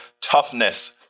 toughness